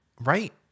right